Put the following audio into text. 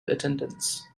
attendants